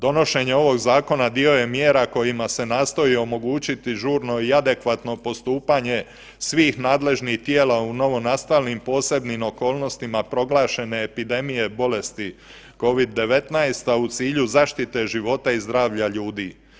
Donošenje ovog zakona dio je mjera kojima se nastoji omogućiti žurno i adekvatno postupanje svih nadležnih tijela u novonastalim posebnim okolnostima proglašene epidemije bolesti Covid-19, a u cilju zaštite života i zdravlja ljudi.